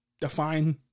define